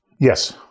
Yes